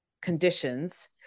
conditions